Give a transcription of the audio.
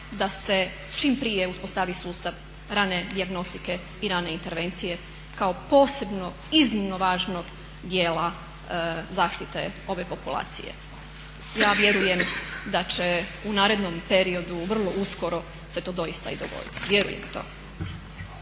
da se čim prije uspostavi sustav rane dijagnostike i rane intervencije kao posebnog, iznimno važnog djela zaštite ove populacije. Ja vjerujem da će u narednom periodu, vrlo uskoro, se to doista i dogoditi, vjerujem u to.